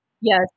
Yes